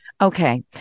Okay